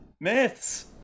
Myths